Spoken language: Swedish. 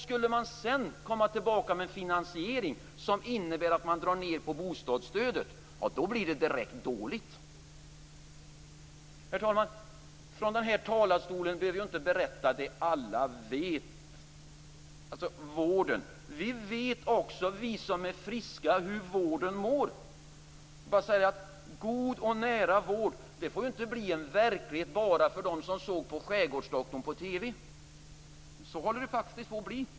Skulle man sedan komma tillbaka med en finansiering som innebär att man drar ned på bostadsstödet, ja, då blir det direkt dåligt. Herr talman! Från denna talarstol behöver jag inte berätta vad alla vet. Det gäller vården. Också vi som är friska vet hur vården mår. God och nära vård får inte bli verklighet bara för dem som sett på Skärgårdsdoktorn i TV men så håller det faktiskt på att bli.